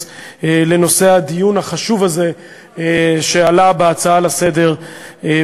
לנושא הדיון החשוב הזה שעלה בהצעות לסדר-היום,